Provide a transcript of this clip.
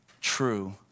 true